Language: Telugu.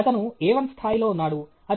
అతను A1 స్థాయిలో ఉన్నాడు